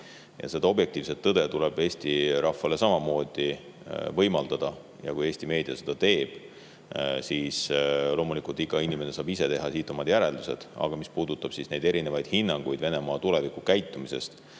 seda objektiivset tõde tuleb Eesti rahval samamoodi võimaldada teada. Ja kui Eesti meedia seda teeb, siis loomulikult iga inimene saab ise teha sellest omad järeldused. Aga mis puudutab neid erinevaid hinnanguid Venemaa käitumisele